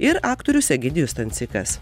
ir aktorius egidijus stancikas